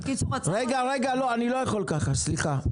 בקיצור --- רגע, לא, אני לא יכול ככה, סליחה.